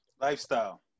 Lifestyle